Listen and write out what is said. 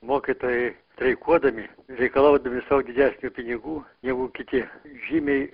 mokytojai streikuodami reikalaudami sau didesnių pinigų negu kiti žymiai